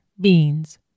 beans